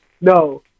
No